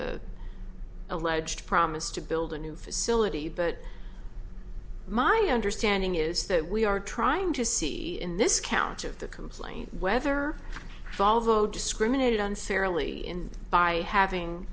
the alleged promise to build a new facility but my understanding is that we are trying to see in this count of the complaint whether fall though discriminated unfairly by having